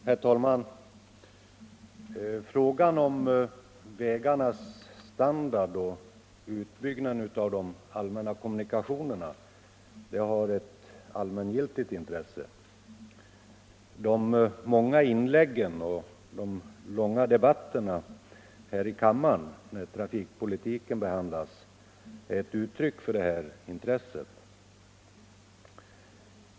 Herr talman! Frågan om vägarnas standard och utbyggnaden av de allmänna kommunikationerna har ett allmängiltigt intresse. De många inläggen och de långa debatterna här i kammaren, när trafikpolitiken behandlas, är ett uttryck för detta intresse.